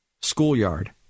Schoolyard